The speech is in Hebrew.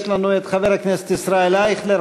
יש לנו חבר הכנסת ישראל אייכלר.